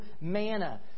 manna